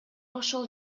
ошол